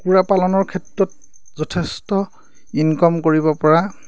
কুকুৰা পালনৰ ক্ষেত্ৰত যথেষ্ট ইনকম কৰিব পৰা